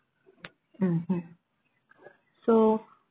mm mm so